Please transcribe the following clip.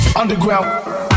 Underground